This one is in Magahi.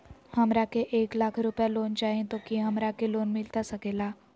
हमरा के एक लाख रुपए लोन चाही तो की हमरा के लोन मिलता सकेला?